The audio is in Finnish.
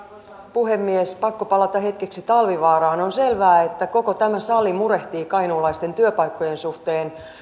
puhemies pakko palata hetkeksi talvivaaraan on selvää että koko tämä sali murehtii kainuulaisten työpaikkojen suhteen